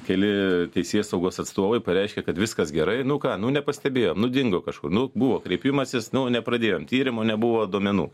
keli teisėsaugos atstovai pareiškė kad viskas gerai nu ką nu nepastebėjo nu dingo kažkur nu buvo kreipimasis nu nepradėjom tyrimo nebuvo duomenų